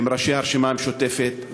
עם ראשי הרשימה המשותפת,